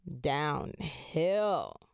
downhill